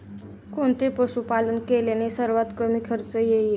कोणते पशुपालन केल्याने सर्वात कमी खर्च होईल?